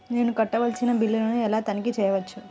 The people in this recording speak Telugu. నేను కట్టవలసిన బిల్లులను ఎలా తనిఖీ చెయ్యవచ్చు?